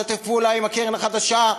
משתף פעולה עם הקרן החדשה,